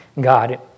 God